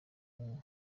numwe